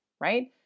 right